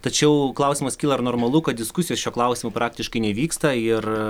tačiau klausimas kyla ar normalu kad diskusijos šiuo klausimu praktiškai nevyksta ir